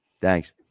Thanks